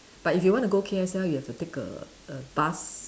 but if you want to go K_S_L you have to take a a bus